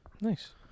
Nice